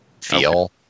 feel